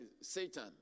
Satan